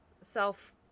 self